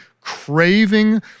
craving